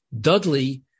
Dudley